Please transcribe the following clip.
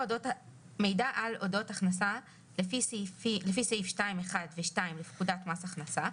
(1)מידע על אודות הכנסה לפי סעיף 2(1) ו-(2) לפקודת מס הכנסה‏,